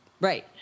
Right